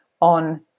on